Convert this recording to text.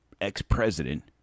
ex-president